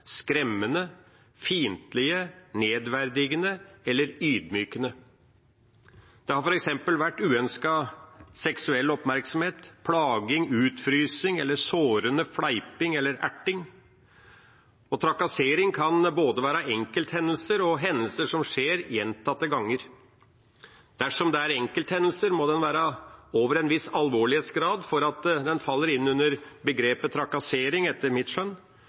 skremmende, fiendtlige, nedverdigende eller ydmykende. Det har f.eks. vært uønsket seksuell oppmerksomhet, plaging, utfrysing, eller sårende fleiping eller erting. Trakassering kan være både enkelthendelser og hendelser som skjer gjentatte ganger. Dersom det er en enkelthendelse, må den være over en viss alvorlighetsgrad for at den faller inn under begrepet «trakassering», etter mitt skjønn.